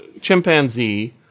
chimpanzee